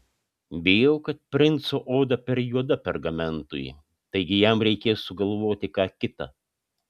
bijau kad princo oda per juoda pergamentui taigi jam reikės sugalvoti ką kita